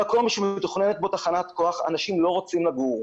במקום שמתוכננת בו תחנת כוח, אנשים לא רוצים לגור.